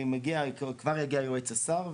כבר יגיע יועץ השר,